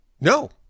No